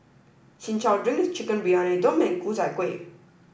Chin Chow Drink Chicken Briyani Dum and Ku Chai Kueh